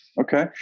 Okay